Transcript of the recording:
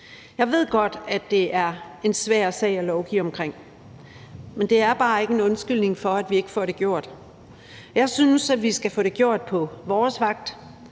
Jeg ved godt, at det er en svær sag at lovgive omkring, men det er bare ikke en undskyldning for, at vi ikke får det gjort. Jeg synes, vi skal få det gjort på vores vagt,